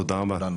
תודה רבה.